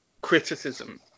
criticism